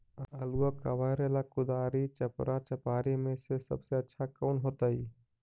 आलुआ कबारेला कुदारी, चपरा, चपारी में से सबसे अच्छा कौन होतई?